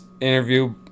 interview